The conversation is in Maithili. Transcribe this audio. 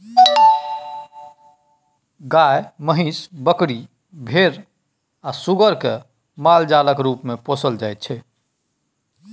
गाय, महीस, बकरी, भेरा आ सुग्गर केँ मालजालक रुप मे पोसल जाइ छै